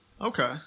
okay